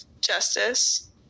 justice